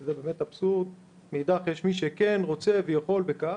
זה באמת אבסורד, מאידך יש מי שכן, רוצה ויכול בכך,